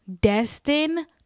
Destin